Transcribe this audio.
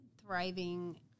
thriving